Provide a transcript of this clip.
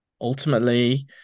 ultimately